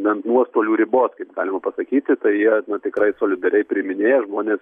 bent nuostolių ribot kaip galima pasakyti tai jie tikrai solidariai priiminėja žmonės